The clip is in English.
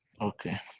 Okay